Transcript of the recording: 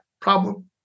problem